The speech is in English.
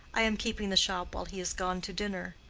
i am keeping the shop while he is gone to dinner.